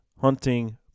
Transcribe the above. hunting